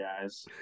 guys